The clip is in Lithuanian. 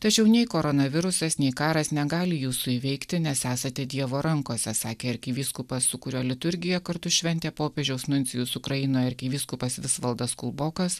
tačiau nei koronavirusas nei karas negali jūsų įveikti nes esate dievo rankose sakė arkivyskupas su kuriuo liturgiją kartu šventė popiežiaus nuncijus ukrainoje arkivyskupas visvaldas kulbokas